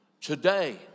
Today